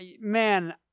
man